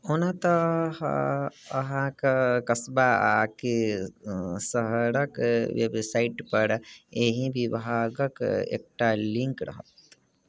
ओना तऽ हऽ अहाँके कस्बा आकि शहरके वेबसाइटपर एहि विभागके एकटा लिङ्क रहत